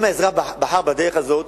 אם האזרח בחר בדרך הזאת,